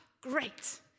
great